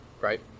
Right